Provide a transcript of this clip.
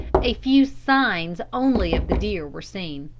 a few signs only of the deer were seen,